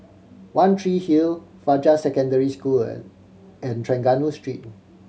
One Tree Hill Fajar Secondary School and and Trengganu Street